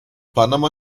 panama